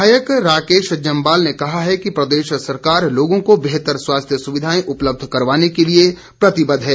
विधायक राकेश जम्वाल ने कहा है कि प्रदेश सरकार लोगों को बेहतर स्वास्थ्य सुविधाएं उपलब्ध करवाने के लिए प्रतिबद्ध है